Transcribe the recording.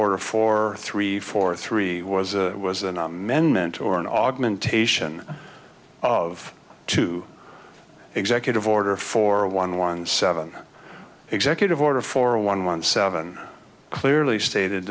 order four three four three was a was an amendment or an augmentation of two executive order for a one one seven executive order for a one one seven clearly stated